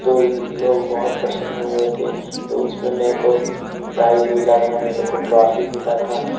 तो लोग बहुत प्रसन्न हुए थे तो उसमें मुझको प्राइज़ मिला था मुझको ट्रॉफ़ी मिली थी